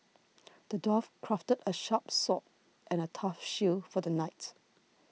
the dwarf crafted a sharp sword and a tough shield for the knight